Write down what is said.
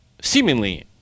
seemingly